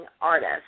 artist